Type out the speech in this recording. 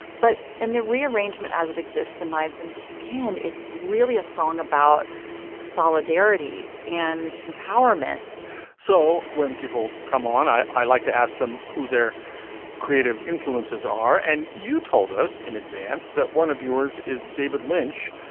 but in the re-arrangement, as it exists and lives in skin, it's really a song about solidarity and empowerment so when people come on, i i like to ask them who their creative influences are. and you told us in advance that one of yours is david lynch,